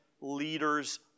leaders